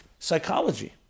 psychology